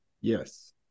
Yes